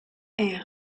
est